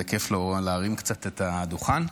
איזה כיף להרים קצת את הדוכן,